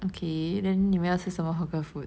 okay then 你们要吃什么 hawker food